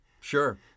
Sure